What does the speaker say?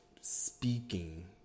speaking